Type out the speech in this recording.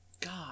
God